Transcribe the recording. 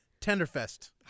Tenderfest